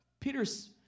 Peter's